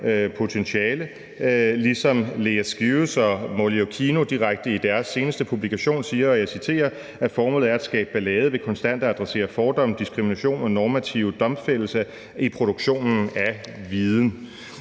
potentiale, ligesom Lea Skewes og Molly Occhino direkte i deres seneste publikation siger – og jeg citerer – at formålet er at skabe ballade ved konstant at adressere fordomme, diskrimination og normative domfældelser i produktionen af viden.